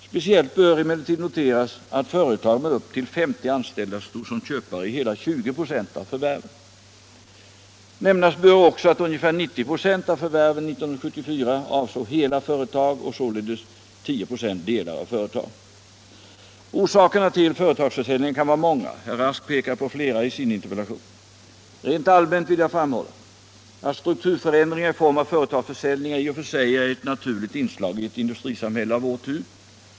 Speciellt bör emellertid noteras att företag med upp till 50 anställda stod som köpare i hela 20 96 av förvärven. Nämnas bör också att ungefär 90 96 av förvärven 1974 avsåg hela företag och således 10 96 delar av företag. Orsakerna till företagsförsäljningarna kan vara många. Herr Rask pekar på flera i sin interpellation. Rent allmänt vill jag framhålla att strukturförändringar i form av företagsförsäljningar i och för sig är ett naturligt inslag i ett industrisamhälle av vår typ.